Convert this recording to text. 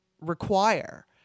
require